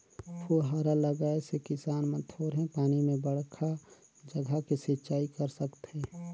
फुहारा लगाए से किसान मन थोरहें पानी में बड़खा जघा के सिंचई कर सकथें